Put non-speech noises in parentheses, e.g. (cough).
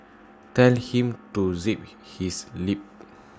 tell him to zip (noise) his lip